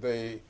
they